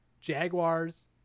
Jaguars